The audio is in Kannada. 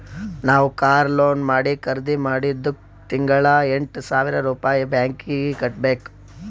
ನಾವ್ ಕಾರ್ ಲೋನ್ ಮಾಡಿ ಖರ್ದಿ ಮಾಡಿದ್ದುಕ್ ತಿಂಗಳಾ ಎಂಟ್ ಸಾವಿರ್ ರುಪಾಯಿ ಬ್ಯಾಂಕೀಗಿ ಕಟ್ಟಬೇಕ್